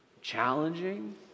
challenging